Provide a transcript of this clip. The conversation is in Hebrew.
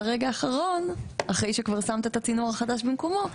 ואחרי שכבר שמת את הצינור החדש במקומו,